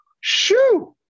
Shoo